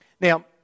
Now